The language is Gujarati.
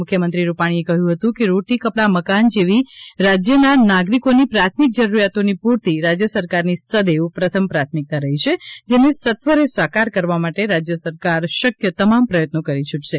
મુખ્યમંત્રીશ્રી રૂપાણીએ કહ્યું હતું કે રોટી કપડા મકાન જેવી રાજ્યના નાગરિકોની પ્રાથમિક જરૂરિયાતોની પૂર્તિ રાજ્ય સરકારની સદૈવ પ્રથમ પ્રાથમિકતા રહી છે જેને સત્વરે સાકાર કરવા માટે રાજ્યસરકાર શક્ય તમામ પ્રયત્નો કરી છૂટશે